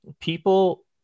people